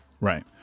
Right